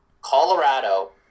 Colorado